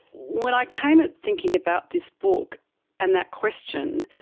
when i came at thinking about this book and that question,